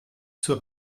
zur